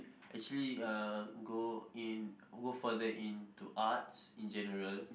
actually Uh go in go further in to arts in general